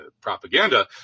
propaganda